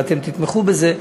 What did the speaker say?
ואתם תתמכו בזה,